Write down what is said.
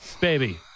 baby